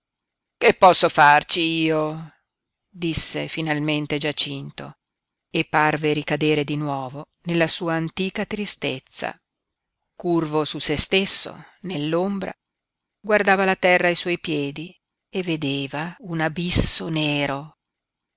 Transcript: che posso farci io disse finalmente giacinto e parve ricadere di nuovo nella sua antica tristezza curvo su sé stesso nell'ombra guardava la terra ai suoi piedi e vedeva un abisso nero